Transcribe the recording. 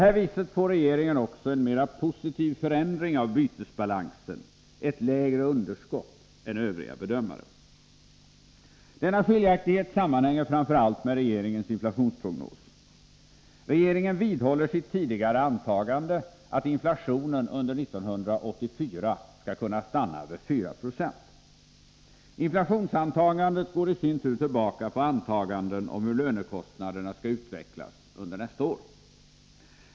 Därmed får regeringen också en mera positiv förändring av bytesbalansen, ett lägre underskott än övriga bedömare. Denna skiljaktighet sammanhänger framför allt med regeringens inflationsprognos. Regeringen vidhåller sitt tidigare antagande att inflationen under 1984 skall kunna stanna vid 4 96. Inflationsantagandet går i sin tur tillbaka på antaganden om hur lönekostnaderna skall utvecklas under nästa år.